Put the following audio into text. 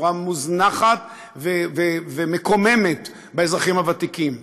בצורה מוזנחת ומקוממת באזרחים הוותיקים,